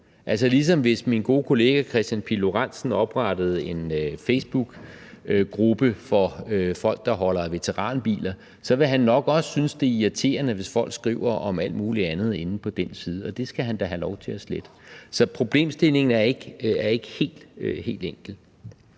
ligesom hvis min gode kollega Kristian Pihl Lorentzen oprettede en facebookgruppe for folk, der holder af veteranbiler, så vil han nok også synes, det er irriterende, hvis folk skriver om alt muligt andet inde på den side, og det skal han da have lov til at slette. Så problemstillingen er ikke helt enkel.